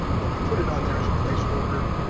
but we put it on there as a placeholder.